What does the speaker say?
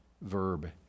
verb